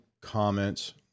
comments